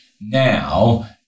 now